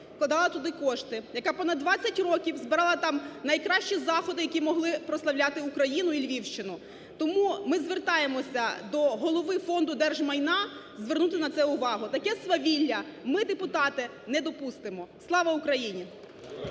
вкладала туди кошти, яка понад 20 років збирала там найкращі заходи, які могли прославляти Україну і Львівщину. Тому ми звертаємося до голови Фонду держмайна звернути на це увагу. Таке свавілля ми, депутати, не допустимо. Слава Україні!